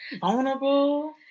Vulnerable